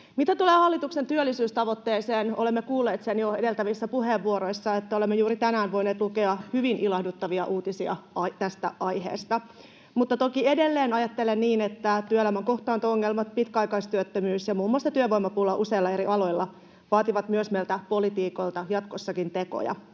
Mitä tulee hallituksen työllisyystavoitteeseen, olemme kuulleet jo edeltävissä puheenvuoroissa, että olemme juuri tänään voineet lukea hyvin ilahduttavia uutisia tästä aiheesta. Toki edelleen ajattelen, että työelämän kohtaanto-ongelmat, pitkäaikaistyöttömyys ja muun muassa työvoimapula useilla eri aloilla vaativat myös meiltä poliitikoilta jatkossakin tekoja.